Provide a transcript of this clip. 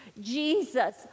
Jesus